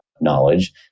knowledge